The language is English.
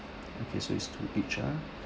okay so it's two each ah